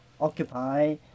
occupy